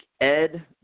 Ed